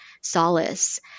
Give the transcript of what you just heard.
solace